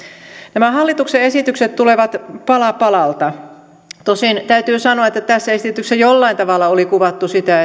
nämä hallituksen esitykset tulevat pala palalta tosin täytyy sanoa että tässä esityksessä jollain tavalla oli kuvattu sitä